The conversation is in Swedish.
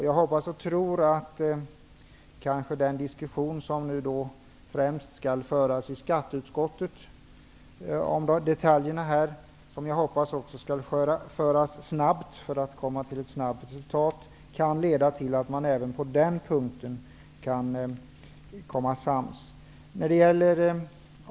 Jag hoppas att den diskussion om detaljerna som främst skall föras i skatteutskottet -- jag hoppas att diskussionen förs snabbt för att nå ett snabbt resultat -- kan leda till att man även på den punkten kan komma sams.